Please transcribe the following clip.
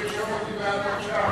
תרשום אותי בעד, בבקשה.